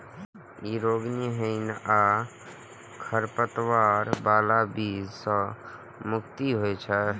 ई रोगाणुहीन आ खरपतवार बला बीज सं मुक्त होइ छै